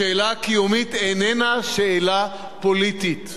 השאלה הקיומית איננה שאלה פוליטית.